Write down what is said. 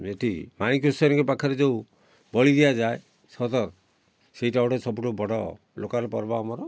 ଏଇଠି ମାଣିକେଶ୍ଵରୀଙ୍କ ପାଖରେ ଯେଉଁ ବଳି ଦିଆଯାଏ ସଦର ସେଇଟା ଗୋଟେ ସବୁଠୁ ବଡ଼ ଲୋକାଲ ପର୍ବ ଆମର